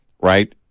right